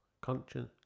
Conscience